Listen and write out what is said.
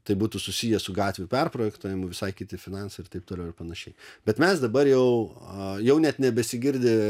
tai būtų susiję su gatvių perprojektuojami visai kiti finansai ir taip toliau ir panašiai bet mes dabar jau jau net nebesigirdi